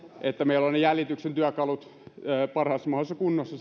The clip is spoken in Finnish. että meillä on jäljityksen työkalut parhaassa mahdollisessa kunnossa